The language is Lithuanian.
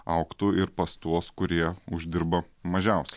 augtų ir pas tuos kurie uždirba mažiausiai